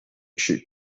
she